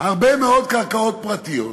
שהרבה מאוד קרקעות פרטיות,